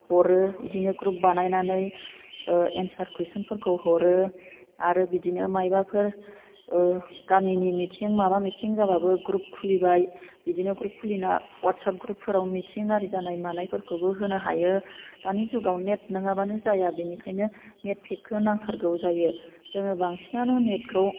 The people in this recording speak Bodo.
हरो इदिनो ग्रुब बानायनानै एनसार कुइसन फोरखौ हरो आरो बिदिनो माइबाफोर गामिनि मिटिं माबा मिटिं जाबाबो ग्रुब खुलिबाय बिदिनो ग्रुब खुलिना अवाटसाब ग्रुप फोराव मिटिं आरि जानाय मानायफोरखौबो होनो हायो दानि जुगाव नेट नङाबानो जाया बेनिखायनो नेट पेक खौ नांथारगौ जायो जोङो बांसिनानो नेट खौ